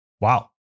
Wow